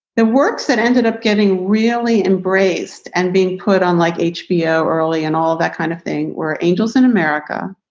the works that ended up getting really embraced and being put on like hbo early and all that kind of thing, or angels in america,